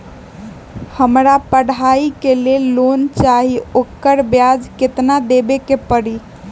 हमरा पढ़ाई के लेल लोन चाहि, ओकर ब्याज केतना दबे के परी?